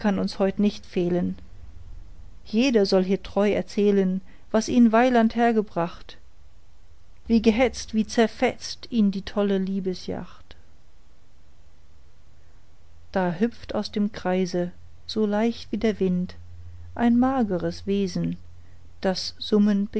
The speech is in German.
uns heut nicht fehlen jeder soll hier treu erzählen was ihn weiland hergebracht wie gehetzt wie zerfetzt ihn die tolle liebesjagd da hüpft aus dem kreise so leicht wie der wind ein mageres wesen das summend